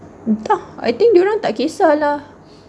entah I think dia orang tak kisah lah